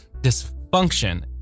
dysfunction